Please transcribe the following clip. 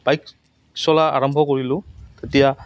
bike চলা আৰম্ভ কৰিলোঁ তেতিয়া